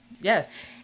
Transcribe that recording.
Yes